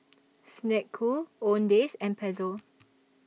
Snek Ku Owndays and Pezzo